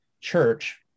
church